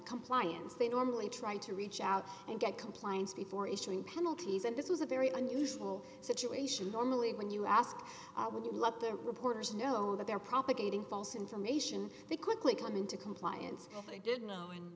compliance they normally try to reach out and get compliance before issuing penalties and this was a very unusual situation normally when you ask i would you let their reporters know that they're propagating false information they quickly come into compliance they did know in